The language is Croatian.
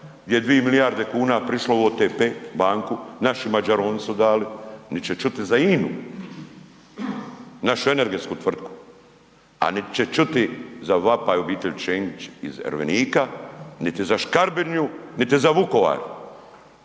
gdi je 2 milijarde kuna prišlo u OTP banku, naši mađaroni su dali, niti će čuti za INU našu energetsku tvrtku, a nit će čuti za vapaj obitelji Čengić iz Ervenika, niti za Škabrnju, niti za Vukovar.